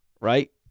right